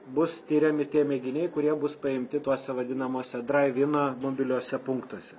bus tiriami tie mėginiai kurie bus paimti tuose vadinamuose draiv ino mobiliuose punktuose